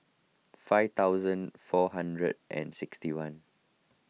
five thousand four hundred and sixty one